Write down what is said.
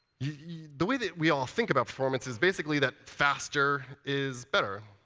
yeah the way that we all think about performance as basically that faster is better.